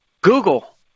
Google